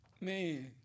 man